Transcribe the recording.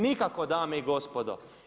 Nikako dame i gospodo.